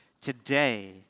today